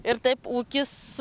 ir taip ūkis